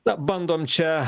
na bandom čia